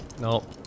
No